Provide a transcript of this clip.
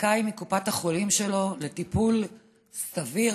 זכאי מקופת החולים שלו לטיפול סביר,